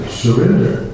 surrender